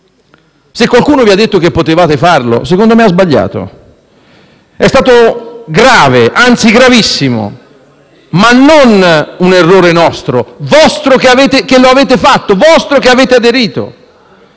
Se qualcuno vi ha detto che potevate farlo, secondo me ha sbagliato. È stato grave, anzi, gravissimo, ma non un errore nostro. Siete stati voi a farlo perché avete aderito.